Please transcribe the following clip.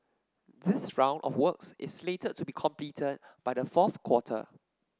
this round of works is slated to be completed by the fourth quarter